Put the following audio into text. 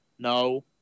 No